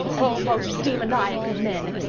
oh! most demoniac of men!